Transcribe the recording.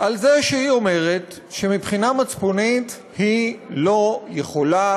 על זה שהיא אומרת שמבחינה מצפונית היא לא יכולה,